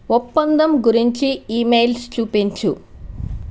ఒప్పందం గురించి ఇమెయిల్స్ చూపించుము